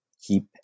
keep